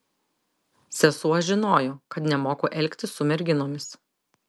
sesuo žinojo kad nemoku elgtis su merginomis